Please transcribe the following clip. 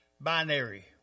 Binary